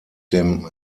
dem